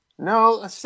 No